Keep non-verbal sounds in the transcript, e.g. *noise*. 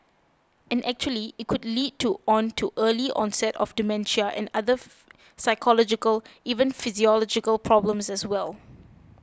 and actually it could lead to on to early onset of dementia and other *noise* psychological even physiological problems as well